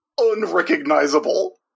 Unrecognizable